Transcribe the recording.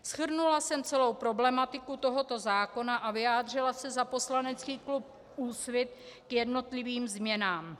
Shrnula jsem celou problematiku tohoto zákona a vyjádřila se za poslanecký klub Úsvit k jednotlivým změnám.